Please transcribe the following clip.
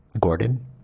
Gordon